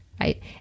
right